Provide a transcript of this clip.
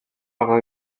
par